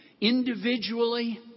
individually